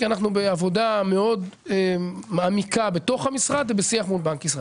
כי אנחנו בעבודה מאוד מעמיקה בתוך המשרד ובשיח מול בנק ישראל.